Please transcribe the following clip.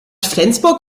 flensburg